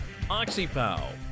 OxyPow